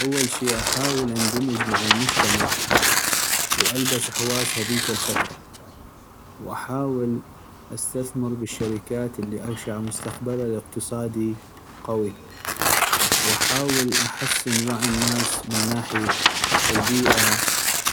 اول شي احاول اندمج مع المجتمع والبس حواس هذيك الفترة ، واحاول استثمر بالشركات اللي اغشع مستقبله الاقتصادي قوي ، واحاول احسن وعي الناس من ناحية البيئة